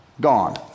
gone